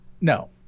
no